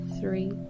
three